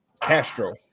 Castro